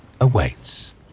awaits